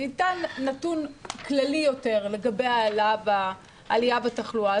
ניתן נתון כללי יותר לגבי העלייה בתחלואה,